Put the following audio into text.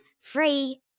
Free